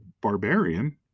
barbarian